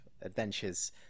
Adventures